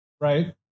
Right